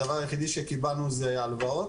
הדבר היחיד שקיבלנו זה הלוואות.